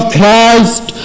Christ